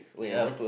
ya